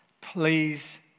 Please